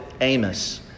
Amos